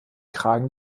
kragen